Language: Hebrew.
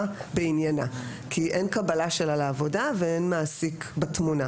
בעניינה כי אין קבלה שלה לעבודה ואין מעסיק בתמונה.